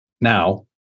Now